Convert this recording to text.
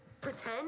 Pretend